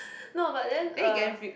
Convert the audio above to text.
no but then uh